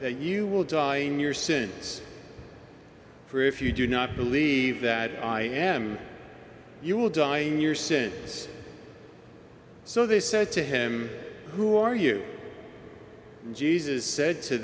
that you will die in your sins for if you do not believe that i am you will die in your sins so they said to him who are you jesus said to